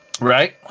Right